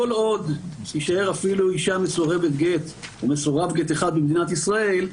כל עוד תישאר אפילו אישה מסורבת גט או מסורב גט אחד במדינת ישראל,